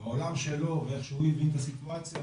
והעולם שלו ואיך שהוא הבין את הסיטואציה,